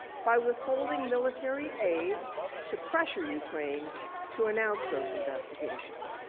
by withholding military aid to pressure ukraine to announce those investigations.